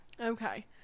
Okay